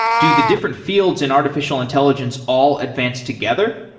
do the different fields in artificial intelligence all advance together?